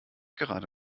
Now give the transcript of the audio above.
gerade